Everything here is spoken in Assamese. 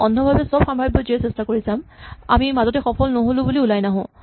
আমি অন্ধভাৱে চব সাম্ভাৱ্য জে চেষ্টা কৰি চাম আমি মাজতে সফল নহ'লো বুলি ওলাই নাহো